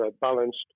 balanced